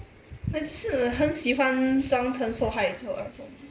but 是很喜欢装成受害者那种